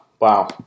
Wow